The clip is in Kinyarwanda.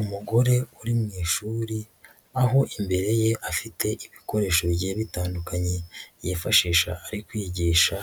Umugore uri mu ishuri aho imbere ye afite ibikoresho bigiye bitandukanye yifashisha ari kwigisha,